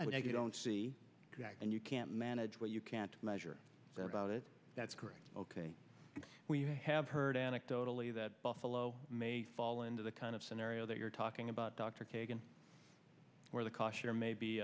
i don't see it and you can't manage what you can't measure about it that's correct ok we have heard anecdotally that buffalo may fall into the kind of scenario that you're talking about dr kagan or the caution or maybe